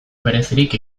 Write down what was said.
berezirik